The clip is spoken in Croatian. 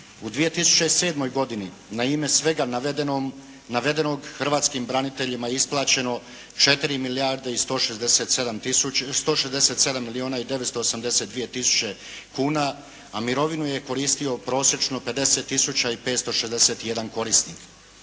U 2007. godini na ime svega navedenog hrvatskim braniteljima je isplaćeno 4 milijarde i 167 milijuna i 982 tisuće kuna, a mirovinu je koristio prosječno 50561 korisnik.